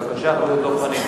בבקשה, חבר הכנסת דב חנין.